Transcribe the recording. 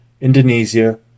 Indonesia